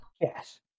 yes